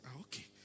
okay